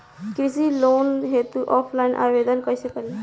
कृषि लोन हेतू ऑफलाइन आवेदन कइसे करि?